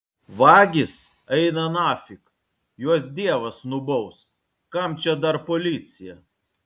vagys eina nafig juos dievas nubaus kam čia dar policija